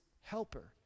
helper